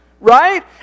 Right